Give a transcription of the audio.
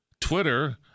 Twitter